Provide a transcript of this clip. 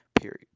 Period